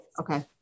Okay